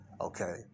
Okay